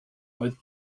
both